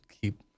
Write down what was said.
keep